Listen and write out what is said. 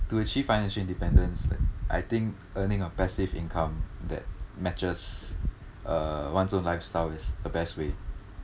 to achieve financial independence like I think earning a passive income that matches uh one's own lifestyle is the best way